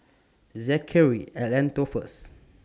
Zackery At Lentor First